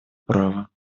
права